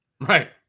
Right